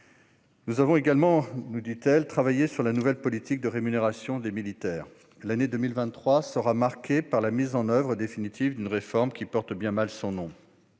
nous avons également travaillé sur la nouvelle politique de rémunération des militaires (NPRM). L'année 2023 sera marquée par la mise en oeuvre définitive d'une réforme qui porte bien mal son nom.